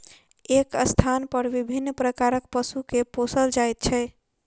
एक स्थानपर विभिन्न प्रकारक पशु के पोसल जाइत छै